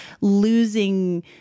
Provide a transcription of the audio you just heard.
losing